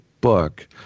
book